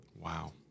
Wow